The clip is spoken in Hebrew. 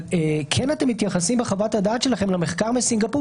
אתם כן מתייחסים בחוות הדעת שלכם למחקר בסינגפור